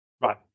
Right